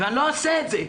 ואני לא אעשה את זה,